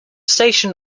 station